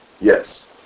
Yes